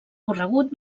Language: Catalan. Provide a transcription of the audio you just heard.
corregut